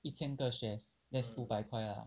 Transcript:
一千个 shares that's 五百块 lah